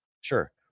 Sure